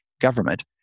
government